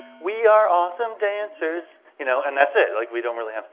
we are awesome dancers, you know and that's it. like we don't really